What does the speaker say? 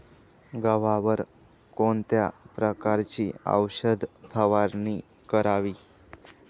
गव्हावर कोणत्या प्रकारची औषध फवारणी करावी?